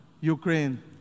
Ukraine